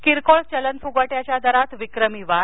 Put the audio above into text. किरकोळ चलन फुगवट्याच्या दरात विक्रमी वाढ